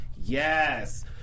Yes